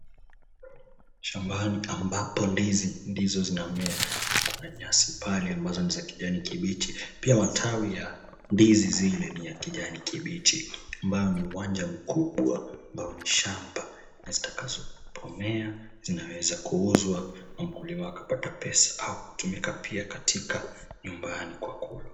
Shambani ambapo ndizi ndizo zinamea na kuna nyasi ambazo ni za kijani kibichi. Pia matawi ya ndizi zile ni ya kijani kibichi. ambao ni uwanja mkubwa ambao ni shamba na zitakapomea zinaweza kuuzwa na mkulima akapata pesa au kutumika katika nyumbani kwa kulwa.